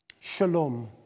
shalom